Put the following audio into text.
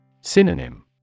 Synonym